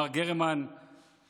מר גרמן זכרייב.